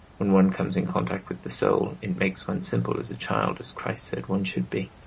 when one comes in contact with the soul it makes one simple as a child, as christ said one should be.